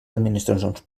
administracions